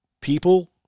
people